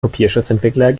kopierschutzentwickler